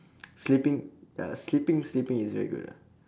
sleeping ya sleeping sleeping is very good ah